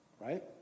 right